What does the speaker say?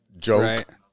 joke